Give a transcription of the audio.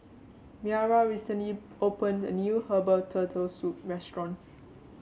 Maira recently opened a new Herbal Turtle Soup restaurant